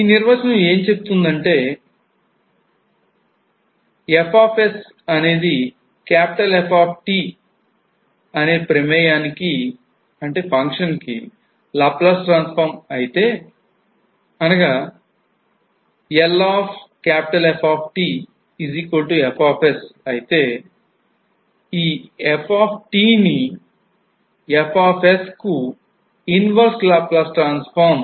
ఈ నిర్వచనం ఏం చెబుతుందంటే f అనేదిF అనే ప్రమేయం కు Laplace transform అయితే అనగా LFf అయితే F అనేది fకు inverse Laplace transform అవుతుంది